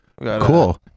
cool